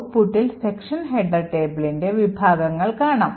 Outputൽ section header tableൻറെ വിഭാഗങ്ങൾ കാണാം